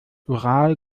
ural